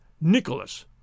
Nicholas